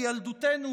בילדותנו,